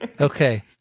Okay